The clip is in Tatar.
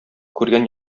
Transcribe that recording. күргән